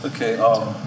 Okay